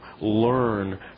learn